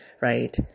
right